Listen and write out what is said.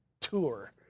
tour